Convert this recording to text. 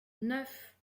neuf